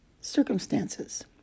circumstances